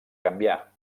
canviar